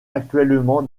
actuellement